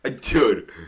Dude